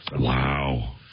Wow